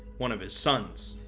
one of his sons.